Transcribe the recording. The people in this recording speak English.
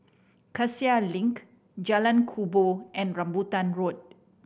Cassia Link Jalan Kubor and Rambutan Road